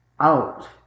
Out